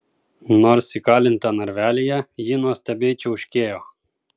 nors įkalinta narvelyje ji nuostabiai čiauškėjo